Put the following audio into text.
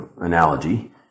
analogy